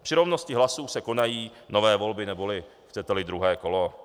Při rovnosti hlasů se konají nové volby, neboli chceteli druhé kolo.